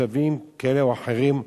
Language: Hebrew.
בשלבים כאלה או אחרים,